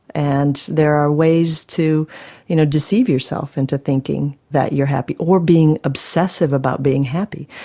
and there are ways to you know deceive yourself into thinking that you are happy, or being obsessive about being happy.